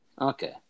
Okay